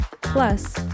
Plus